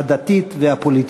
הדתית והפוליטית.